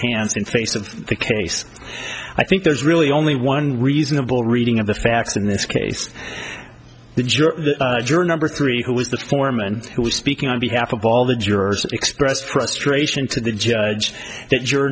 hands in face of the case i think there's really only one reasonable reading of the facts in this case the juror three who was the foreman who was speaking on behalf of all the jurors expressed frustration to the judge that